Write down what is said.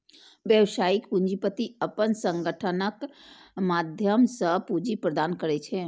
व्यावसायिक पूंजीपति अपन संगठनक माध्यम सं पूंजी प्रदान करै छै